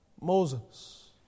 Moses